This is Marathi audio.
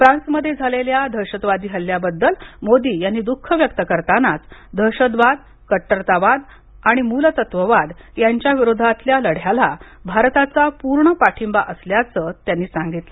फ्रान्समध्ये झालेल्या दहशतवादी हल्ल्याबद्दल मोदी यांनी दुःख व्यक्त करतानाच दहशतवाद कट्टरतावाद आणि मूलतत्त्ववाद यांच्याविरोधातल्या लढ्याला भारताचा पूर्ण पाठींबा असल्याचं त्यांनी सांगितलं